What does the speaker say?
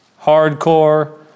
hardcore